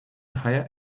hire